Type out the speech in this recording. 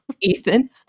Ethan